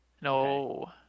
no